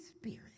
Spirit